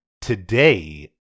today